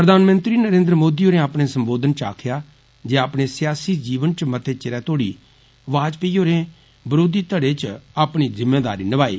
प्रधानमंत्री नरेन्द्र मोदी होरें अपने संबोधन च आक्खेआ जे अपने सियासी जीवन च मते चिरै तोड़ी वाजपेयी होरें विपक्ष च अपनी जिम्मेदारी नभाई